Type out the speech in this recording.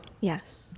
Yes